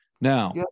Now –